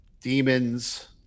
demons